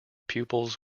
pupils